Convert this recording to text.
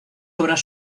obras